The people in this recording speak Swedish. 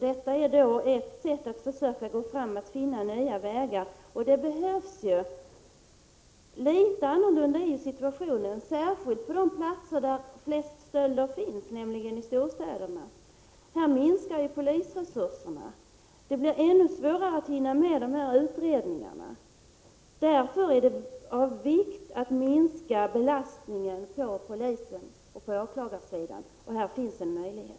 Detta är ett sätt att gå fram för att försöka finna nya vägar. Det behövs ju. Litet annorlunda är situationen på de platser där de flesta stölderna begås, nämligen i storstäderna. Här minskar polisresurserna. Det blir ännu svårare att hinna med de här utredningarna. Därför är det av vikt att minska belastningen på polisen och åklagarsidan. Här erbjuds en möjlighet.